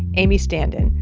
amy standen.